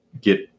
Get